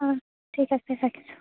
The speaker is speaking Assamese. অঁ ঠিক আছে ৰাখিছোঁ